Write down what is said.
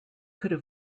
could